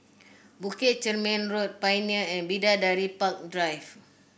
Bukit Chermin Road Pioneer and Bidadari Park Drive